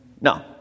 No